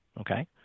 Okay